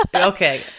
Okay